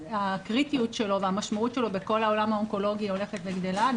הקריטיות שלו והמשמעות שלו בכל העולם האונקולוגי הולכת וגדלה.